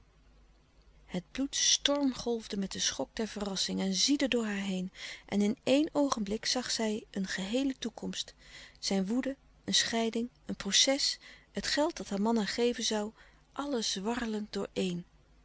het bloed stormgolfde met den schok der verrassing en ziedde door haar heen en in éen oogenblik zag zij een geheele toekomst zijn woede een scheiding een proces het geld dat haar man haar geven zoû alles warrelend door